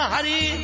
Hari